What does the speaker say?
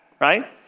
right